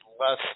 less